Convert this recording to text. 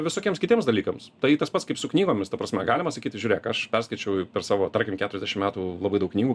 visokiems kitiems dalykams tai tas pats kaip su knygomis ta prasme galima sakyti žiūrėk aš perskaičiau per savo tarkim keturiasdešim metų labai daug knygų